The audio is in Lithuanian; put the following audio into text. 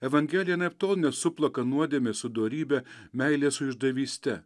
evangelija anaiptol nesuplaka nuodėmės su dorybe meilės su išdavyste